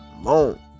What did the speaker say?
alone